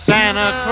Santa